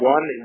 One